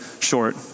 short